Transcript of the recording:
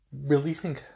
releasing